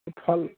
খাল